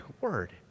word